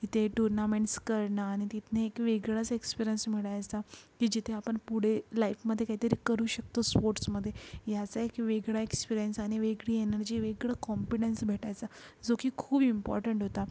तिथे टुर्नामेंट्स करणं आणि तिथून एक वेगळंच एक्स्पिरंस मिळायचा की जिथे आपण पुढे लाईफमध्ये काहीतरी करू शकतो स्पोट्समध्ये ह्याचा एक वेगळा एक्स्पिरेंस आणि वेगळी एनर्जी वेगळं कॉम्पिडन्स भेटायचा जो की खूप इम्पॉर्टंट होता